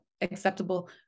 acceptable